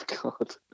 God